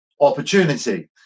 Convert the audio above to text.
opportunity